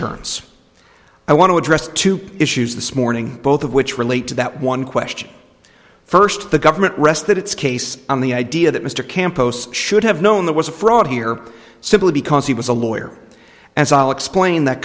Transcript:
turns i want to address to issues this morning both of which relate to that one question first the government rested its case on the idea that mr campos should have known there was a fraud here simply because he was a lawyer and i'll explain that